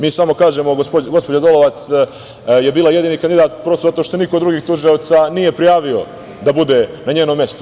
Mi samo kažemo, gospođa Dolovac je bila jedini kandidat, prosto zato što se niko drugi od tužilaca nije prijavio da bude na njenom mestu.